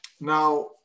Now